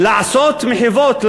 לעשות מחוות,